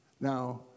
Now